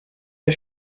der